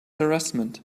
harassment